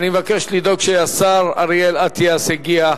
אני מבקש לדאוג שהשר אריאל אטיאס יגיע,